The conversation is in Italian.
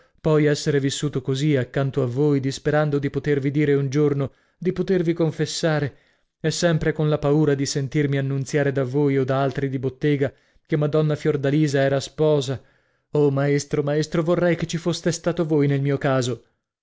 poi essere vissuto così accanto a voi disperando di potervi dire un giorno di potervi confessare e sempre con la paura di sentirmi annunziare da voi o da altri di bottega che madonna fiordalisa era sposa oh maestro maestro vorrei che ci foste stato voi nel mio caso